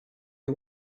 you